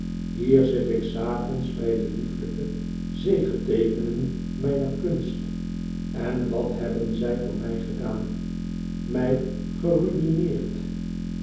hier zit ik s avonds bij de liefelijke zegeteekenen mijner kunst en wat hebben zij voor mij gedaan mij geruïneerd